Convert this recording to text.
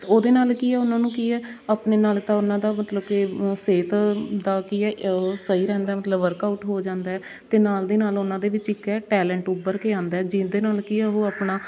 ਉਹਦੇ ਨਾਲ਼ ਕੀ ਹੈ ਉਹਨਾਂ ਨੂੰ ਕੀ ਹੈ ਆਪਣੇ ਨਾਲ਼ ਤਾਂ ਉਹਨਾਂ ਦਾ ਮਤਲਬ ਕਿ ਸਿਹਤ ਦਾ ਕੀ ਹੈ ਉਹ ਸਹੀ ਰਹਿੰਦਾ ਮਤਲਬ ਵਰਕਆਊਟ ਹੋ ਜਾਂਦਾ ਅਤੇ ਨਾਲ਼ ਦੀ ਨਾਲ਼ ਉਹਨਾਂ ਦੇ ਵਿੱਚ ਇੱਕ ਹੈ ਟੈਲੈਂਟ ਉੱਭਰ ਕੇ ਆਉਂਦਾ ਜਿਹਦੇ ਨਾਲ਼ ਕੀ ਹੈ ਉਹ ਆਪਣਾ